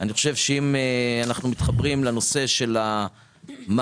אני חושב שאם אנחנו מתחברים לנושא של המאבק